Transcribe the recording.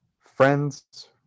friends